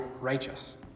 righteous